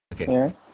Okay